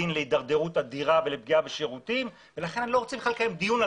הדין לכל הידרדרות אז הם רוצים לקבל את